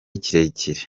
kirekire